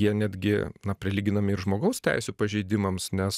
jie netgi na prilyginami ir žmogaus teisių pažeidimams nes